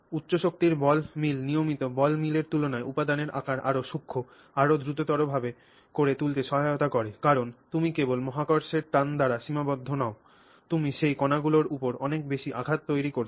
উচ্চ শক্তির ball mill নিয়মিত বল মিলের তুলনায় উপাদানের আকার আরও সূক্ষ্ম আরও দ্রুততর ভাবে করে তুলতে সহায়তা করে কারণ তুমি কেবল মহাকর্ষের টান দ্বারা সীমাবদ্ধ নও তুমি সেই কণাগুলির উপর অনেক বেশি আঘাত তৈরি করছ